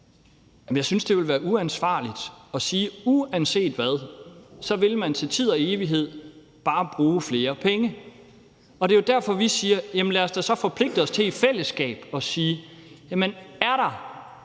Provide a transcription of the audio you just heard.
jeg synes, det ville være uansvarligt at sige: Uanset hvad, vil man til tid og evighed bare bruge flere penge. Det er derfor, vi siger: Jamen lad os da så forpligte os i fællesskab. Er der problemer med